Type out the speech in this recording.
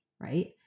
right